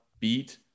beat